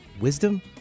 wisdom